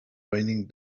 raining